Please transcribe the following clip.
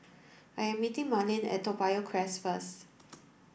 I am meeting Marlin at Toa Payoh Crest first